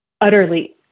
utterly